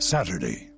Saturday